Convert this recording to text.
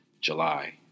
July